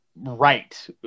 right